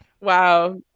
Wow